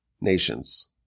nations